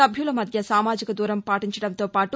సభ్యుల మధ్య సామాజిక దూరం పాటించడంతో పాటు